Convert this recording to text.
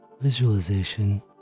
visualization